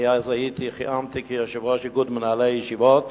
אני אז כיהנתי כיושב-ראש איגוד מנהלי הישיבות,